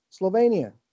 Slovenia